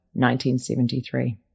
1973